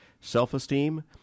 self-esteem